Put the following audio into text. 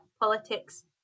politics